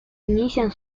inician